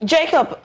Jacob